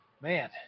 man